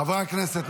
חברי הכנסת,